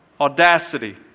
audacity